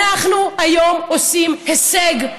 אנחנו היום עושים הישג.